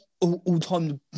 all-time